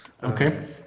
Okay